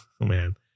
man